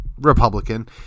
Republican